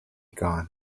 gone